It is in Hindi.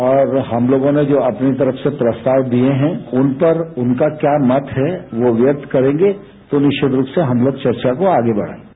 और हम लोगों ने जो अपनी तरफ से प्रयास किये हैं उन पर उनका क्या मत है वो व्यक्त करेंगे तो निश्चित रूप से हम लोग चर्चा को आगे बढ़ायेंगे